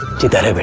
do that.